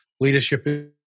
Leadership